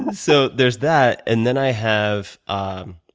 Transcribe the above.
so there's that. and then, i have a